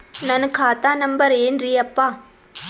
ನನ್ನ ಖಾತಾ ನಂಬರ್ ಏನ್ರೀ ಯಪ್ಪಾ?